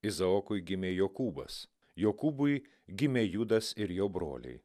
izaokui gimė jokūbas jokūbui gimė judas ir jo broliai